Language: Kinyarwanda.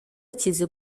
akize